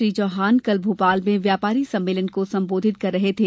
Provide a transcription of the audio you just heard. श्री चौहान कल भोपाल में व्यापारी सम्मेलन को संबोधित कर रहे थे